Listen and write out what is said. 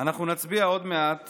אנחנו נצביע עוד מעט